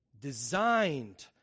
designed